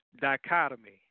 dichotomy